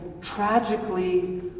tragically